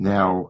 Now